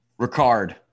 Ricard